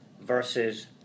versus